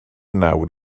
nawr